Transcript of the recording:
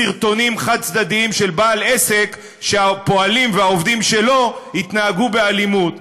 סרטונים חד-צדדיים של בעל עסק שהפועלים והעובדים שלו התנהגו באלימות.